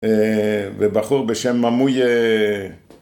ובחור בשם ממוי